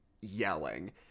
yelling